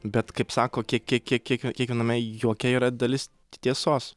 bet kaip sako kiek kiek kiek kiekviename juoke yra dalis tiesos